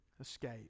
escape